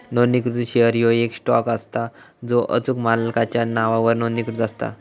नोंदणीकृत शेअर ह्यो येक स्टॉक असता जो अचूक मालकाच्या नावावर नोंदणीकृत असता